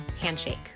Handshake